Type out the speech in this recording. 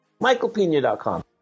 michaelpina.com